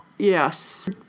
Yes